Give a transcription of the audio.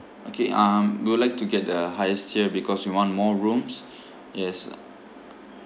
okay um we would like to get the highest tier because we want more rooms yes